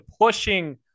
pushing